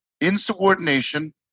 insubordination